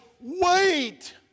wait